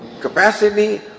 capacity